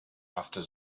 after